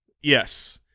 yes